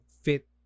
fit